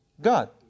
God